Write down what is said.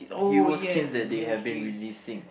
hero skins that they had been releasing